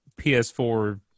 PS4